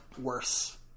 worse